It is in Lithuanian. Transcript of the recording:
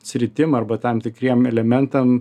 sritim arba tam tikriem elementam